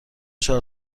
چهار